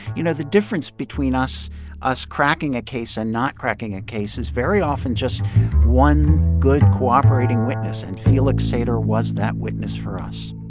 you know, the difference between us us cracking a case and not cracking a case is very often just one good, cooperating witness. and felix sater was that witness for us